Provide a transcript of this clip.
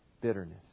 bitterness